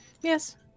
Yes